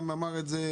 גם אמר את זה,